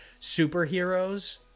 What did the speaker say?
superheroes